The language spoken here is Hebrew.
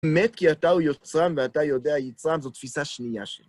מת כי אתה הוא יוצרן, ואתה יודע, יוצרן זו תפיסה שנייה שלנו.